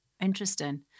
interesting